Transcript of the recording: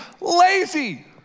lazy